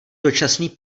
dočasný